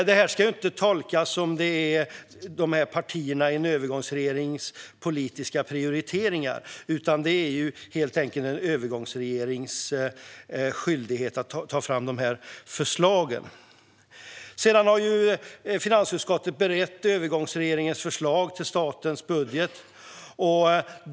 Det här ska inte tolkas som att det är partiernas i en övergångsregering politiska prioriteringar, utan det är helt enkelt en övergångsregerings skyldighet att ta fram förslag. Sedan har finansutskottet berett övergångsregeringens förslag till statens budget.